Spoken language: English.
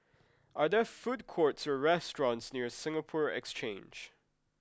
are there food courts or restaurants near Singapore Exchange